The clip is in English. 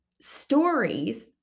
stories